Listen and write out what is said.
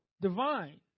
divine